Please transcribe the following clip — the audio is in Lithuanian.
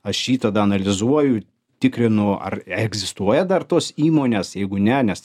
aš jį tada analizuoju tikrinu ar egzistuoja dar tos įmonės jeigu ne nes